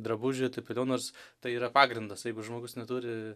drabužių taip toliau nors tai yra pagrindas jeigu žmogus neturi